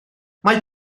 mae